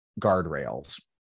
guardrails